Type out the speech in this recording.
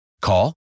Call